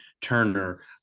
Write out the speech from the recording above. Turner